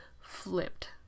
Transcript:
flipped